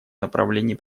направлении